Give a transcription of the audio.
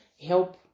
help